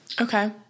Okay